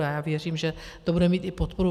Já věřím, že to bude mít i vaší podporu.